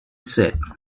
said